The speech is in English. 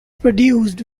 produced